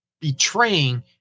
betraying